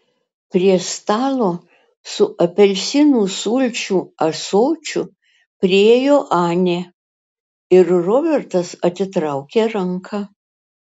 prie stalo su apelsinų sulčių ąsočiu priėjo anė ir robertas atitraukė ranką